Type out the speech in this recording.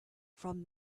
from